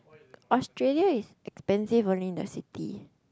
Australia is expensive only in the city